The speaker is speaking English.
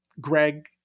greg